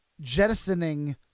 jettisoning